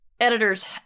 editors